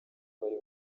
bari